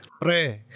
Pre